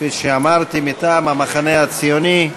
כפי שאמרתי, מטעם המחנה הציוני.